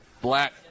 Black